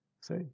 see